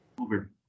over